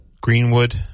greenwood